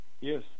Yes